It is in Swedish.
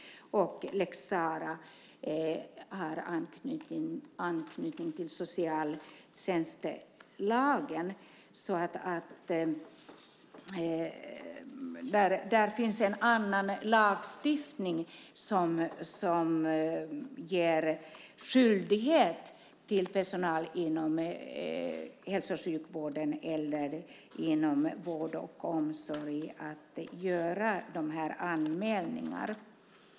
Lex Sarah har anknytning till socialtjänstlagen. Där finns en annan lagstiftning som ger skyldighet för personal inom hälso och sjukvården eller inom vård och omsorg att anmäla.